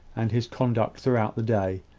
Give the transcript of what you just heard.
and his conduct throughout the day,